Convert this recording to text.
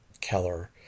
Keller